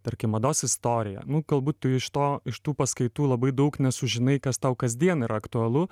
tarkim mados istorija nu galbūt tu iš to iš tų paskaitų labai daug nesužinai kas tau kasdien yra aktualu